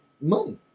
money